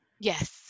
yes